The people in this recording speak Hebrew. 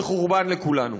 וחורבן לכולנו.